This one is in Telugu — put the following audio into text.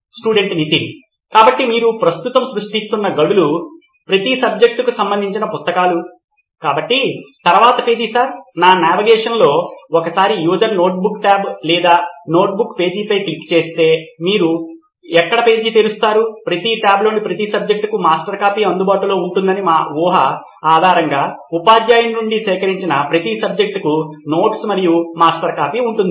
స్టూడెంట్ నితిన్ కాబట్టి మీరు ప్రస్తుతం సృష్టిస్తున్న గడులు ప్రతి సబ్జెక్టుకు సంబంధించిన పుస్తకాలు కాబట్టి తరువాతి పేజీ సార్ ఈ నావిగేషన్లో ఒకసారి యూజర్ నోట్బుక్ టాబ్ లేదా నోట్బుక్ పేజీపై క్లిక్ చేస్తే అప్పుడు మీరు ఎక్కడ పేజీ తెరుస్తారు ప్రతి టాబ్లోని ప్రతి సబ్జెక్టుకు మాస్టర్ కాపీ అందుబాటులో ఉంటుందని మాఊహ ఆధారంగా ఉపాధ్యాయుడి నుండి సేకరించిన ప్రతి సబ్జెక్టుకు నోట్స్ మరియు మాస్టర్ కాపీ ఉంటుంది